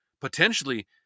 potentially